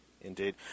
Indeed